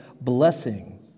blessing